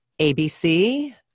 ABC